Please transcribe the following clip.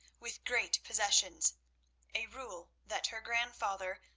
with great possessions a rule that her grandfather,